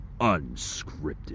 unscripted